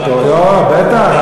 התורה, בטח.